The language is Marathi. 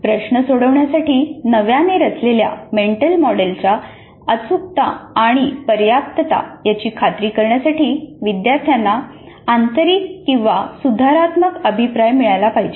प्रश्न सोडवण्यासाठी नव्याने रचलेल्या मेंटल मॉडेलच्या अचूकता आणि पर्याप्तता याची खात्री करण्यासाठी विद्यार्थ्यांना आंतरिक किंवा सुधारात्मक अभिप्राय मिळाला पाहिजे